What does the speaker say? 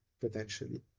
potentially